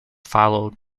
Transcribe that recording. followed